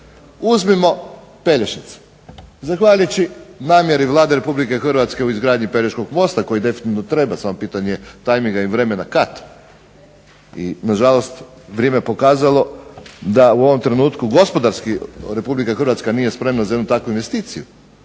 Uzmimo Pelješac zahvaljujući namjeri Vlade Republike Hrvatske u izgradnji Pelješkog mosta koji definitivno treba samo je pitanje tajminga i vremena kada i na žalost vrijeme je pokazalo da u ovom trenutku Republika Hrvatska nije spremna za jednu takvu investiciju